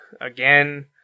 again